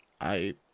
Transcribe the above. I